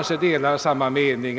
inte har samma mening.